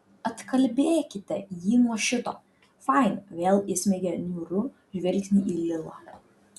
atkalbėkite jį nuo šito fain vėl įsmeigė niūrų žvilgsnį į lilą